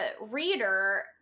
reader